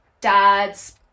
dad's